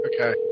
Okay